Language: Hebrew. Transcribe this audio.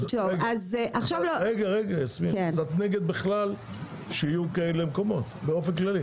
אז את נגד בכלל שיהיו כאלה מקומות באופן כללי?